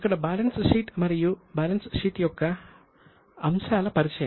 ఇక్కడ balance sheet మరియు balance sheet యొక్క అంశాల పరిచయం